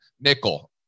nickel